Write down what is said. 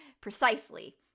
Precisely